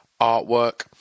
artwork